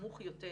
נמוך יותר